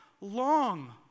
long